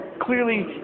Clearly